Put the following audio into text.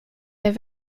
der